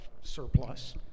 surplus